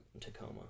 Tacoma